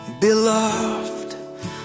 Beloved